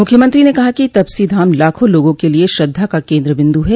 मुख्यमंत्री ने कहा कि तपसी धाम लाखों लोगों के लिये श्रद्धा का केन्द्र बिन्दु है